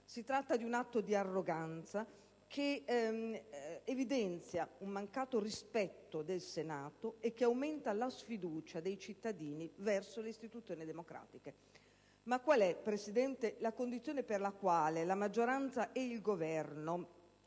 Si tratta di un atto di arroganza che evidenzia una grave mancanza di rispetto verso il Senato e che aumenta la sfiducia dei cittadini verso le istituzioni democratiche. Qual è, Presidente, la condizione per la quale la maggioranza e il Governo